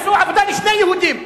בטייבה מצאו עבודה לשני יהודים.